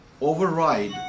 override